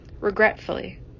regretfully